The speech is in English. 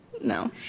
No